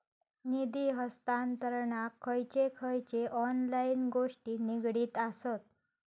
निधी हस्तांतरणाक खयचे खयचे ऑनलाइन गोष्टी निगडीत आसत?